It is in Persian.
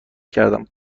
کردم